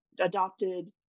adopted